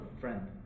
friend